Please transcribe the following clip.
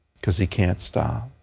because he can't stop.